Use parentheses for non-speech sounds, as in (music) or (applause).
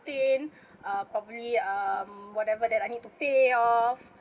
(breath) uh probably um whatever that I need to pay off